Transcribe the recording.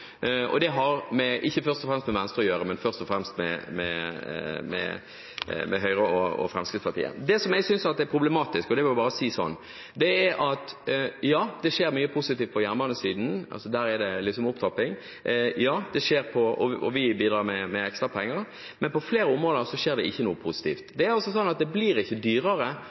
nok. Det har ikke først og fremst med Venstre, men med Høyre og Fremskrittspartiet, å gjøre. Det skjer mye positivt på jernbanesiden, det er opptrapping, og vi bidrar med ekstra penger, men på flere områder skjer det ikke noe positivt. Det blir ikke dyrere